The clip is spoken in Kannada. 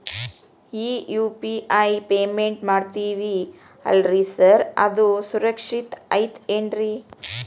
ಈ ಯು.ಪಿ.ಐ ಪೇಮೆಂಟ್ ಮಾಡ್ತೇವಿ ಅಲ್ರಿ ಸಾರ್ ಅದು ಸುರಕ್ಷಿತ್ ಐತ್ ಏನ್ರಿ?